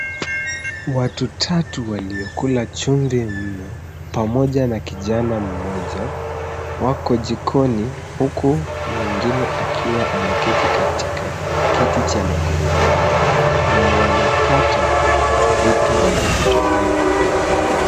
Watu tatu waliokula chumvi mno pamoja na kijana mmoja, wako jikoni huku mwingine akiwa ameketi katika kiti cha magurudumu na wanakata vitu wanavyotumia kupika.